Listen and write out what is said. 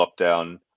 lockdown